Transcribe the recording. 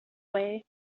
way